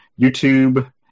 YouTube